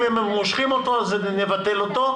אם הם מושכים אותו - נבטל אותו,